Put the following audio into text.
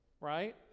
right